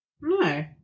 no